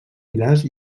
pilars